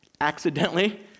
accidentally